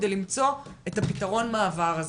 כדי למצוא את הפתרון מעבר הזה.